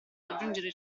raggiungere